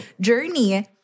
journey